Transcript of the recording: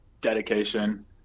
dedication